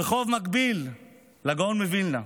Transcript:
ברחוב מקביל לגאון מווילנה.